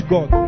God